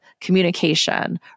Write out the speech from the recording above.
communication